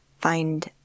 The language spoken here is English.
find